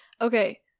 Okay